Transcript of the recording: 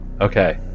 Okay